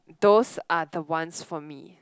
those are the ones for me